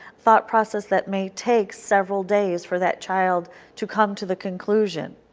thought process that may take several days for that child to come to the conclusion.